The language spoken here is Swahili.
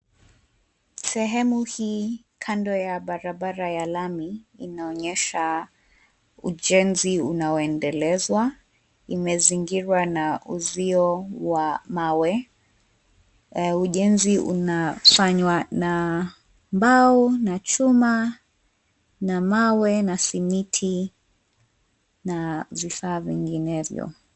Sehemu hii kando ya barabara ya lami inaonyesha ujenzi unaoendelezwa, imezingirwa na uzio wa mawe. Ujenzi unafanywa na mbao, na chuma, na mawe, na simiti na vifaa vinginevyo.